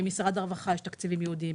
במשרד הרווחה יש תקציבים ייעודיים,